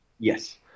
Yes